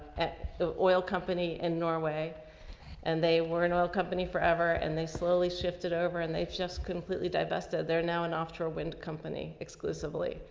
at the oil company in norway and they weren't all company forever and they slowly shifted over and they've just completely divested their now an offshore wind company exclusively.